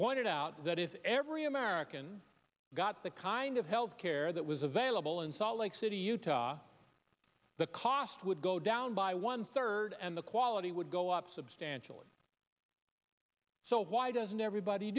pointed out that if every american got the kind of health care that was available in salt lake city utah the cost would go down by one third and the quality would go up substantially so why doesn't everybody